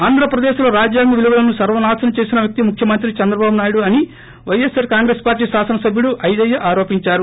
ఆంధ్రప్రదేశ్ లో రాజ్యాంగ విలువలను సర్వనాశనం చేసిన వ్యక్తి ముఖ్యమంత్రి చంద్రబాబు నాయుడు అని పైఎస్సార్కాంగ్రెస్ పార్లీ శాసనసబ్బుడు ఐజయ్య ఆరోపించారు